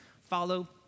follow